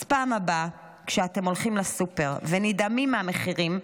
אז בפעם הבאה שאתם הולכים לסופר ונדהמים מהמחירים,